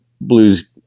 blues